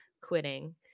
quitting